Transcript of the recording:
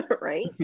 right